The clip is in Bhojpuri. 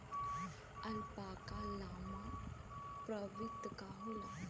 अल्पाका लामा प्रवृत्ति क होला